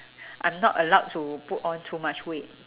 I'm not allowed to put on too much weight